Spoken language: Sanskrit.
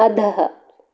अधः